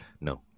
No